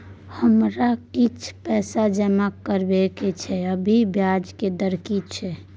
हमरा किछ पैसा जमा करबा के छै, अभी ब्याज के दर की छै?